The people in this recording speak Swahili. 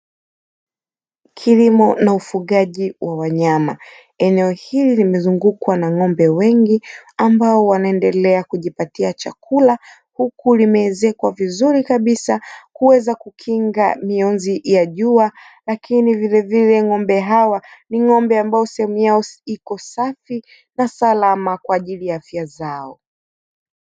Kilimo na ufugaji wa wanyama. Eneo hili limezungukwa na ng'ombe wengi ambao wanaendelea kujipatia chakula huku limeezekwa vizuri kabisa kuweza kukinga mionzi ya jua lakini vilevile ng'ombe hawa ni ng'ombe ambao sehemu yao iko safi na salama kwa ajili ya afya zao.